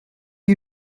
you